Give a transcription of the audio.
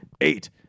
eight